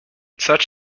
such